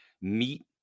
meet